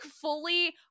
fully